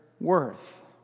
worth